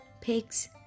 pigs